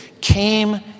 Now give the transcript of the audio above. came